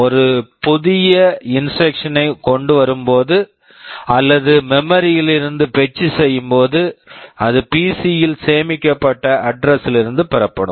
ஒரு புதிய instruction instruction ஐ கொண்டுவரும்போது அல்லது மெமரி memory யிலிருந்து பெட்ச் fetch செய்யும்போது அது பிசி PC யில் சேமிக்கப்பட்ட அட்ரஸ் address லிருந்து பெறப்படும்